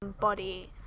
body